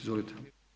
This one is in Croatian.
Izvolite.